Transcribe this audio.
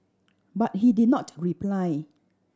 but he did not reply